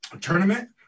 tournament